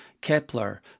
Kepler